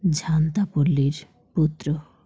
ঝান্ত পল্লীর পুত্র